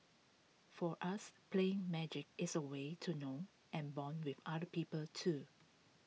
for us playing magic is A way to know and Bond with other people too